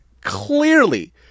clearly